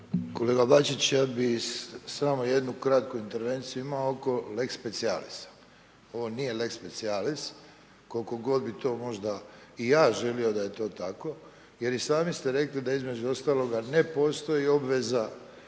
Kolega Bačić, ja bi samo jednu kratku intervenciju imao oko lex specijalis. Ovo nije lex specijalis koliko god bi to možda i ja želio da je to tako, jer i sami ste rekli, da između ostaloga ne postoji obveza